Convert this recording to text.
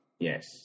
Yes